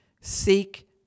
Seek